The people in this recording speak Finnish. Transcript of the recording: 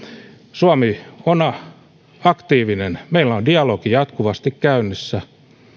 suomi on aktiivinen meillä on dialogi jatkuvasti käynnissä